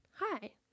hi